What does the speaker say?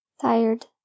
Tired